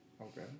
Okay